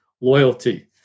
loyalty